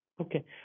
Okay